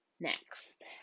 Next